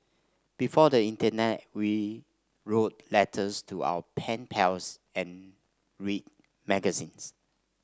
before the internet we wrote letters to our pen pals and read magazines